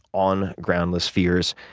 on groundless fears.